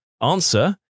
Answer